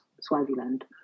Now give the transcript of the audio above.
Swaziland